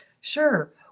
Sure